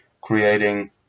creating